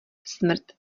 smrt